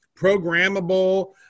programmable